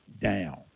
down